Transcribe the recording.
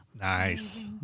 Nice